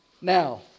Now